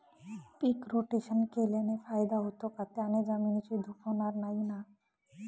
पीक rotation केल्याने फायदा होतो का? त्याने जमिनीची धूप होणार नाही ना?